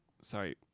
Sorry